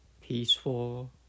peaceful